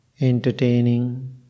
entertaining